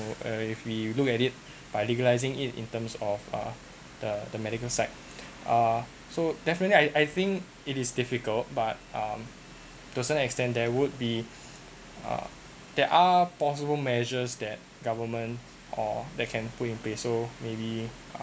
and if we look at it by legalizing it in terms of uh the the medical side uh so definitely I I think it is difficult but um to a certain extent there would be uh there are possible measures that government or that can put in place so maybe